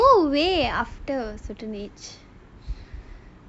can it will go away after a certain age